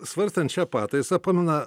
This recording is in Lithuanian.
svarstant šią pataisą pamena